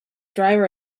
driver